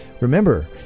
Remember